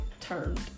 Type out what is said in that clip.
turned